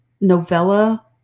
novella